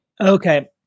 okay